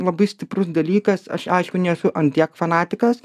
labai stiprus dalykas aš aišku nesu ant tiek fanatikas